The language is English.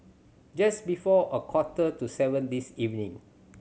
just before a quarter to seven this evening